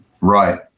right